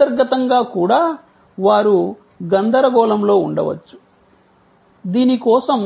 అంతర్గతంగా కూడా వారు గందరగోళంలో ఉండవచ్చు దీని కోసం